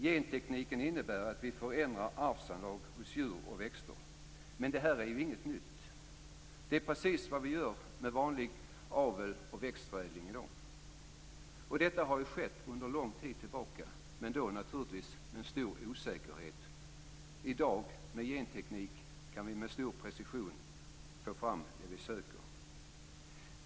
Gentekniken innebär att vi förändrar arvsanlag hos djur och växter. Men det här är inget nytt. Det är precis vad som i dag sker vid vanlig avel och växtförädling. Det är något som har skett sedan länge, men tidigare förstås under stor osäkerhet. I dag kan vi med hjälp av genteknik med stor precision få fram det vi söker.